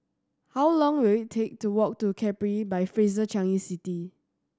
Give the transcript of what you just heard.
how long will it take to walk to Capri by Fraser Changi City